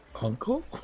Uncle